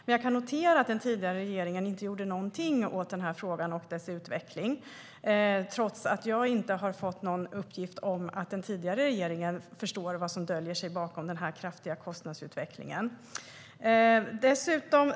Men jag kan notera att den tidigare regeringen inte gjorde någonting åt den här frågan och dess utveckling, trots att jag inte har fått någon uppgift om att den tidigare regeringen förstod vad som dolde sig bakom den kraftiga kostnadsutvecklingen.